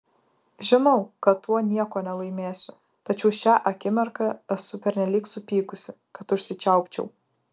žinau kad tuo nieko nelaimėsiu tačiau šią akimirką esu pernelyg supykusi kad užsičiaupčiau